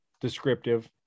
descriptive